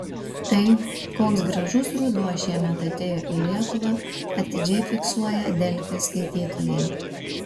tai koks gražus ruduo šiemet atėjo į lietuvą atidžiai fiksuoja delfi skaitytojai